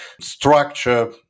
structure